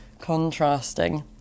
contrasting